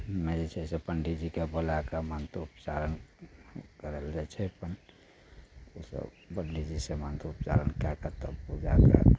उ मे जे छै से पण्डित जीके बोलयके मन्त्रोपच्चारण करय लए जाइ छै अपन से सब बदली वीर सए मन्त्रोपच्चारण कए कऽ तब पूजाके